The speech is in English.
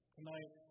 Tonight